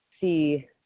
see